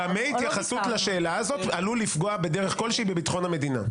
במה התייחסות לשאלה הזאת עלולה לפגוע בדרך כלשהי בביטחון המדינה?